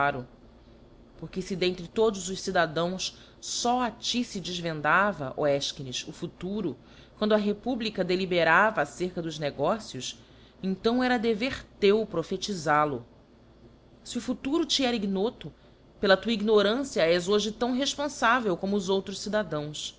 claro porque fe dentre todos os cidadãos fó a ti fe defvendava ó efchines o futuro quando a republica deliberava acerca dos negócios então era dever teu prophetifal o se o futuro te era ignoto pela tua ignorância és hoje tão refponfavel como os outros cidadãos